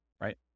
right